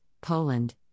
Poland